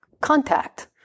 contact